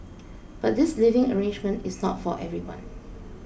but this living arrangement is not for everyone